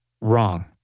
wrong